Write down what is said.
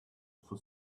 for